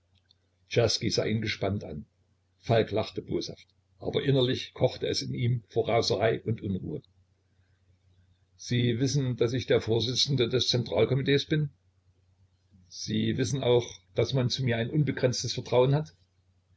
ihn gespannt an falk lachte boshaft aber innerlich kochte es in ihm vor raserei und unruhe sie wissen daß ich der vorsitzende des zentralkomitees bin sie wissen auch daß man zu mir ein unbegrenztes vertrauen hat